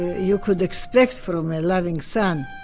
you could expect from a loving son.